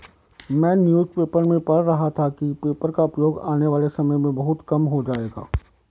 मैं newspaper में पढ़ रहा था कि पेपर का उपयोग आने वाले समय में बहुत कम हो जाएगा